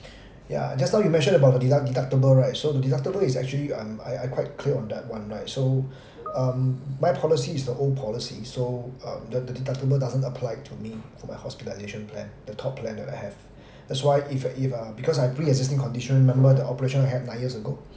ya just now you mention about the deduct~ deductible right so the deductible is actually I'm I I quite clear on that one right so um my policy is the old policy so um the the deductible doesn't apply to me for my hospitalisation plan the top plan that I have that's why if uh if uh because I have pre existing condition remember the operation I had nine years ago